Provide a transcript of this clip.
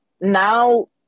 now